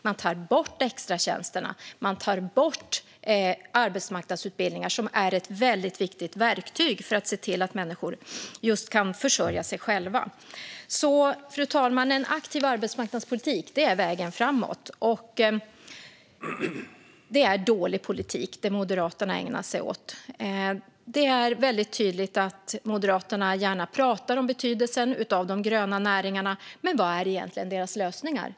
Man tar bort extratjänsterna och arbetsmarknadsutbildningar, som är ett väldigt viktigt verktyg för att människor ska kunna försörja sig själva. Fru talman! En aktiv arbetsmarknadspolitik är vägen framåt. Det som Moderaterna ägnar sig åt är dålig politik. Det är tydligt att Moderaterna gärna pratar om betydelsen av de gröna näringarna, men vilka är egentligen deras lösningar?